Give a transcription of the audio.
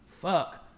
fuck